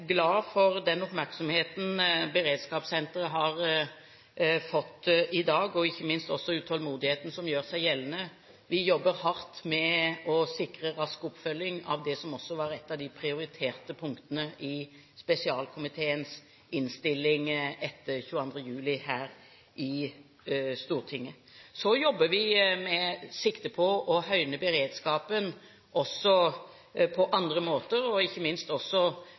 glad for den oppmerksomheten beredskapssenteret har fått i dag – og ikke minst for den utålmodigheten som gjør seg gjeldende. Vi jobber hardt med å sikre rask oppfølging av det som også var et av de prioriterte punktene i spesialkomiteens innstilling etter 22. juli her i Stortinget. Så jobber vi med sikte på å høyne beredskapen også på andre måter, ikke minst